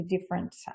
different